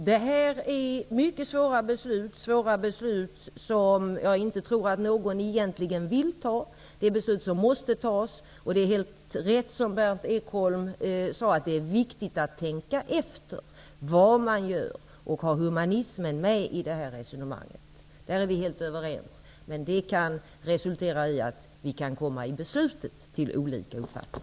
Det rör sig om mycket svåra beslut, som jag inte tror att någon egentligen vill fatta. Det är beslut som måste fattas. Det är helt rätt som Berndt Ekholm sade att det är viktigt att tänka efter vad man gör och att ha humaniteten med i resonemanget. Därom är vi helt överens. Men när det gäller besluten kan vi ha olika uppfattningar.